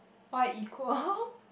why equal